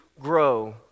grow